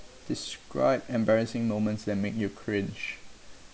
describe embarrassing moments that make you cringe